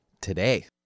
today